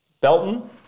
Belton